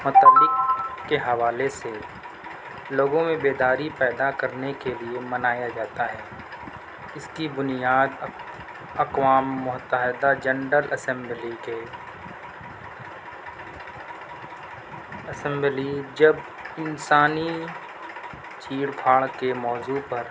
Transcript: متعلق کے حوالے سے لوگوں میں بیداری پیدا کرنے کے لئے منایا جاتا ہے اس کی بنیاد اب اقوام متحدہ جنرل اسمبلی کے اسمبلی جب انسانی چیر پھاڑ کے موضوع پر